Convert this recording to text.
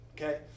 Okay